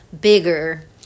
bigger